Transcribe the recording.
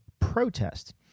protest